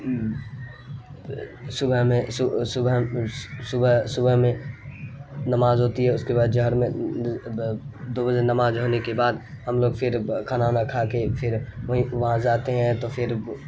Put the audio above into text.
صبح میں صبح صبح صبح میں نماز ہوتی ہے اس کے بعد جہر میں دو بجے نماز ہونے کے بعد ہم لوگ پھر کھانا ونا کھا کے پھر وہیں وہاں جاتے ہیں تو پھر